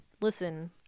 Listen